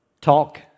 talk